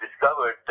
discovered